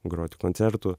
groti koncertų